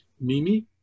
Mimi